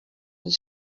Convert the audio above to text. his